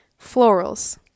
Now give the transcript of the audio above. Florals